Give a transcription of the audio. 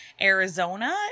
arizona